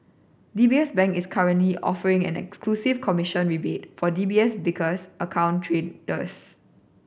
D B S Bank is currently offering an exclusive commission rebate for D B S Vickers account traders